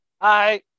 Hi